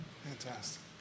Fantastic